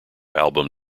album